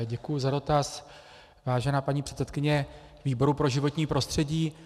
Děkuji za dotaz, vážená paní předsedkyně výboru pro životní prostředí.